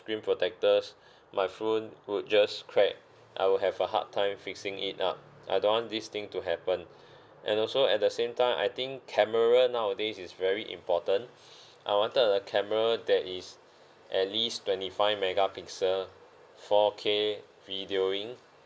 screen protectors my phone would just crack I will have a hard time fixing it up I don't want this thing to happen and also at the same time I think camera nowadays is very important I wanted a camera that is at least twenty five megapixel four K videoing